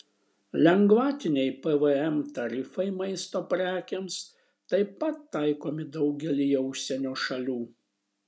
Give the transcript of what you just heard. lengvatiniai pvm tarifai maisto prekėms taip pat taikomi daugelyje užsienio šalių